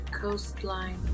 coastline